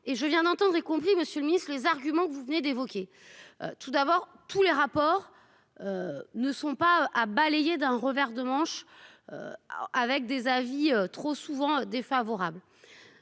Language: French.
et je viens d'entendre, y compris, Monsieur le Ministre, les arguments que vous venez d'évoquer. Tout d'abord tous les rapports. Ne sont pas à balayer d'un revers de manche. Avec des avis trop souvent défavorables.